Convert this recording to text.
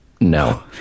No